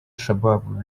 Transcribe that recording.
shabaab